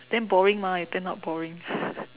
damn boring mah is that not boring